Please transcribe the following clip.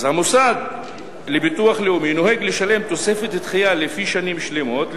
המוסד לביטוח לאומי נוהג לשלם תוספת דחייה לפי שנים שלמות,